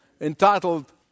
entitled